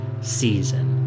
season